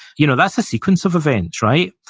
you know that's a sequence of events, right?